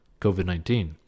COVID-19